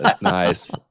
Nice